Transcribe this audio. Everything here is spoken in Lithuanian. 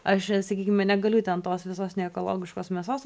aš sakykim negaliu ten tos visos neekologiškos mėsos